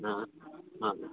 हाँ हाँ